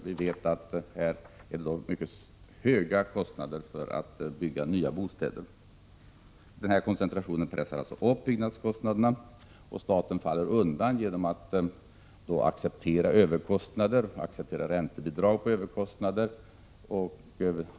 Vi vet att det där är höga kostnader för att bygga nya bostäder. Koncentrationen pressar upp byggkostnaderna, och staten faller undan genom att acceptera överkostnader och räntebidrag till överkostnader.